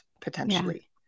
potentially